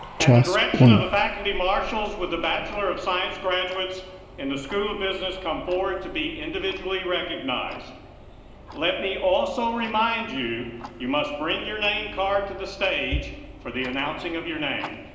at the direction of the faculty marshals with a bachelor of science graduates in the school of business come forward to be individually recognized let me also remind you you must bring your name card to the stage for the announcing of your name